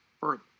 further